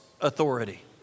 authority